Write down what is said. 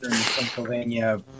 Pennsylvania